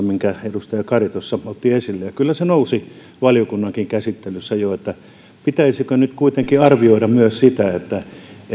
minkä edustaja kari tuossa otti esille kyllä se nousi jo valiokunnankin käsittelyssä että pitäisikö nyt kuitenkin arvioida myös sitä